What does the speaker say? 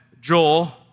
Joel